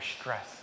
stress